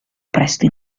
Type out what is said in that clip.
presto